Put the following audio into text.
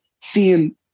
seeing